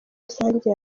rusange